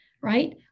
right